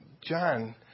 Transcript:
John